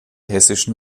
hessischen